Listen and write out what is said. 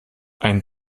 einen